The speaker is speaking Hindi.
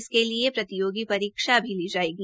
इसके लिए प्रतियोगी परीक्षा भी ली जाएगी